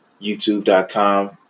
youtube.com